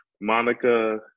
Monica